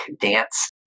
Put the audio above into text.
dance